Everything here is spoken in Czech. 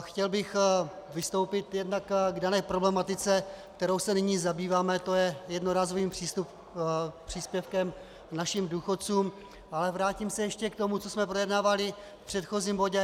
Chtěl bych vystoupit jednak k dané problematice, kterou se nyní zabýváme, to je jednorázovým příspěvkem našim důchodcům, ale vrátím se ještě k tomu, co jsme projednávali v předchozím bodě.